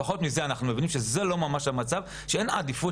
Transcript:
לפחות מזה אנחנו רואים שזה לא המצב ושאין עדיפות